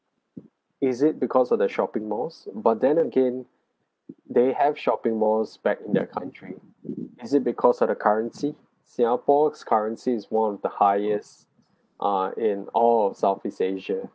is it because of the shopping malls but then again they have shopping malls back in their country is it because of the currency singapore's currency is one of the highest ah in all of southeast asia